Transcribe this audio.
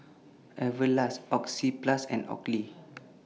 Everlast Oxyplus and